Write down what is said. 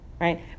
right